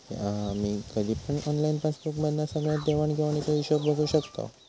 हा आम्ही कधी पण ऑनलाईन पासबुक मधना सगळ्या देवाण घेवाणीचो हिशोब बघू शकताव